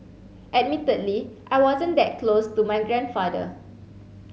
admittedly I wasn't that close to my grandfather